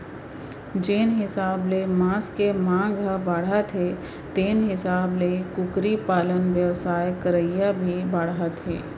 जेन हिसाब ले मांस के मांग ह बाढ़त हे तेन हिसाब ले कुकरी पालन बेवसाय करइया भी बाढ़त हें